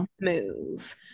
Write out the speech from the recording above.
move